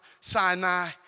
Sinai